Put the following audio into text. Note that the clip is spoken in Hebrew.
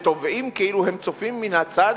ותובעים, כאילו הם צופים מן הצד,